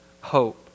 hope